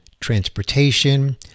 transportation